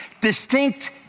distinct